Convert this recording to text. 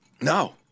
No